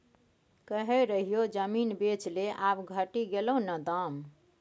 कहय रहियौ जमीन बेच ले आब घटि गेलौ न दाम